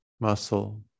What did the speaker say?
muscle